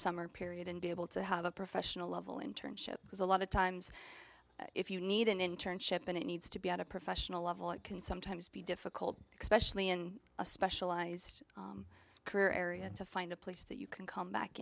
summer period and be able to have a professional level internship is a lot of times if you need an internship and it needs to be at a professional level it can sometimes be difficult especially in a specialized career area to find a place that you can come back